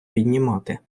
піднімати